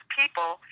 people